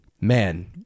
Man